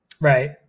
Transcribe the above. right